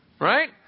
right